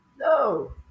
No